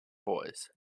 boys